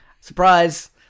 surprise